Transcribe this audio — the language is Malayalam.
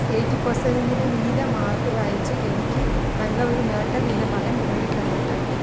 എയ്റ്റി പെർസെന്റേജിൻ്റെ മീതെ മാർക്ക് വാങ്ങിച്ച് എനിക്ക് നല്ല ഒരു നേട്ടം എൻ്റെ മകൻ നേടി തന്നിട്ടുണ്ട്